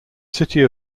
city